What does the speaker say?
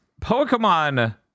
Pokemon